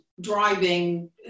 driving